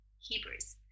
Hebrews